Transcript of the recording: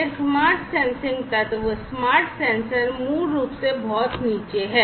यह smart sensing तत्व smart sensor मूल रूप से बहुत नीचे हैं